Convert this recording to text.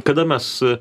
kada mes